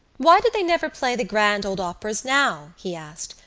why did they never play the grand old operas now, he asked,